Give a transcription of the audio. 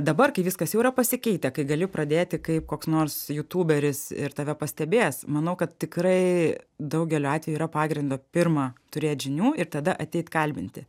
dabar kai viskas jau yra pasikeitę kai gali pradėti kaip koks nors jutuberis ir tave pastebės manau kad tikrai daugeliu atvejų yra pagrindo pirma turėt žinių ir tada ateit kalbinti